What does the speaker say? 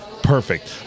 perfect